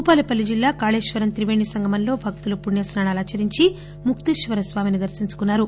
భూపాలపల్లి జిల్లా కాళేశ్వరం త్రిపేణి సంగమంలో భక్తులు పుణ్యస్నానాలు ఆచరించి ముక్తీశ్వరస్వామిని దర్శించుకున్నారు